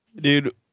Dude